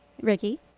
Ricky